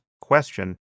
question